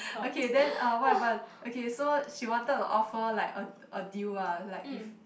okay then uh what happen okay so she wanted to offer like a a deal ah like if